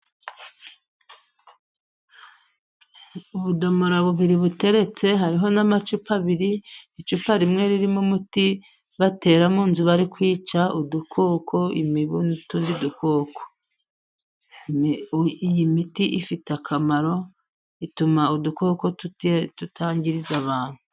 Ubudomara bubiri buteretse, hariho n'amacupa abiri, Icupa rimwe ririmo umuti batera mu nzu bari kwica udukoko, imibu, n'utundi dukoko. Iyi miti ifite akamaro, ituma udukoko tutangiriza abantu.